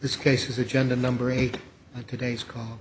this case is agenda number eight today's call